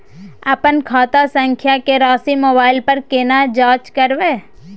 अपन खाता संख्या के राशि मोबाइल पर केना जाँच करब?